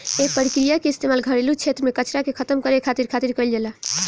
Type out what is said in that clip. एह प्रक्रिया के इस्तेमाल घरेलू क्षेत्र में कचरा के खतम करे खातिर खातिर कईल जाला